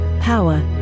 Power